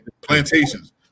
plantations